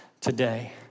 today